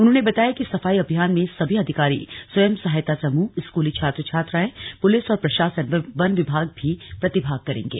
उन्होंने बताया कि सफाई अभियान में सभी अधिकारी स्वयं सहायता समूह स्कूली छात्र छात्राएं पुलिस और प्रशासन वन विभाग भी प्रतिभाग करेंगे